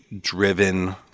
driven